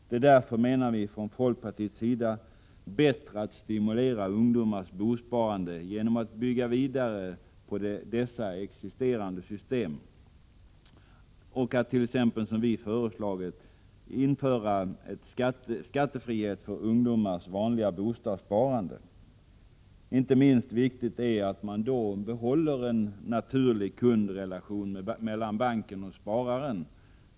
Det är därför enligt folkpartiets mening bättre att stimulera ungdomars bosparande genom att bygga vidare på de existerande systemen och genom att t.ex., som vi föreslagit, införa skattefrihet för ungdomars vanliga bosparande. Inte minst viktigt är att man därvid behåller en naturlig kundrelation mellan banken och spararen.